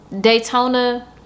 Daytona